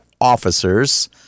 officers